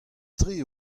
tre